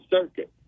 circuit